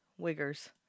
Wiggers